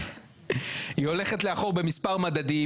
היא הולכת לאחור במספר מדדים,